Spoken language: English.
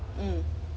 mm